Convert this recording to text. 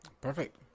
Perfect